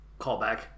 callback